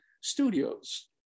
studios